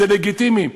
זה לגיטימי.